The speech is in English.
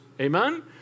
Amen